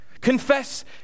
Confess